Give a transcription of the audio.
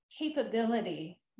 capability